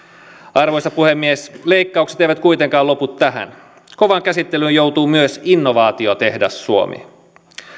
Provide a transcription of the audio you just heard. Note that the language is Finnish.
arvoisa puhemies leikkaukset eivät kuitenkaan lopu tähän kovaan käsittelyyn joutuu myös innovaatiotehdas suomi